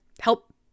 help